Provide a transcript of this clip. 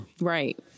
Right